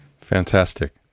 Fantastic